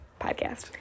podcast